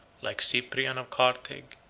like cyprian of carthage,